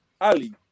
Ali